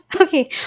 Okay